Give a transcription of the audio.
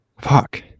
fuck